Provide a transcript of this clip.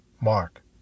Mark